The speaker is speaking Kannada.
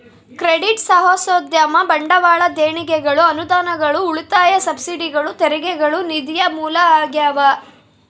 ಕ್ರೆಡಿಟ್ ಸಾಹಸೋದ್ಯಮ ಬಂಡವಾಳ ದೇಣಿಗೆಗಳು ಅನುದಾನಗಳು ಉಳಿತಾಯ ಸಬ್ಸಿಡಿಗಳು ತೆರಿಗೆಗಳು ನಿಧಿಯ ಮೂಲ ಆಗ್ಯಾವ